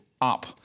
up